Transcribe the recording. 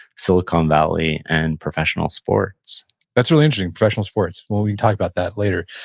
silicon valley and professional sports that's really interesting, professional sports. we can talk about that later.